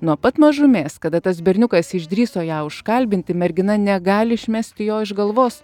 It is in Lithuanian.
nuo pat mažumės kada tas berniukas išdrįso ją užkalbinti mergina negali išmesti jo iš galvos